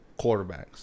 quarterbacks